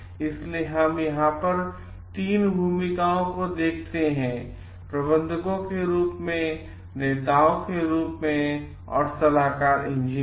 इसलिए हमने यहां 3 भूमिकाओं को देखा है प्रबंधकों के रूप में नेताओं के रूप में और सलाहकार इंजीनियर